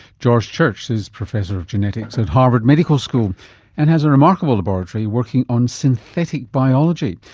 george church is professor of genetics at harvard medical school and has a remarkable laboratory working on synthetic biology,